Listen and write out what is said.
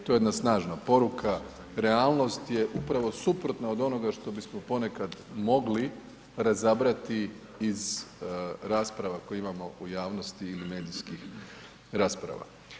To je jedna snažna poruka, realnost je upravo suprotna od onoga što bismo ponekad mogli razabrati iz rasprava koje imamo u javnosti ili medijskih rasprava.